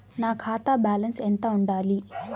నా ఖాతా బ్యాలెన్స్ ఎంత ఉండాలి?